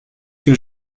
que